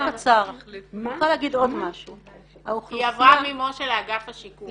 היא עברה ממש"ה לאגף השיקום.